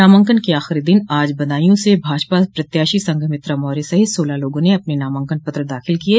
नामांकन के आखिरी दिन आज बदायूं से भाजपा प्रत्याशी संघमित्रा मौर्य सहित सोलह लोगों ने अपने नामांकन पत्र दाखिल किये